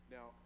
Now